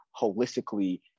holistically